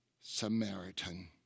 Samaritan